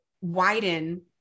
widen